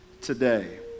today